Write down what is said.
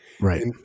right